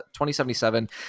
2077